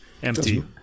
Empty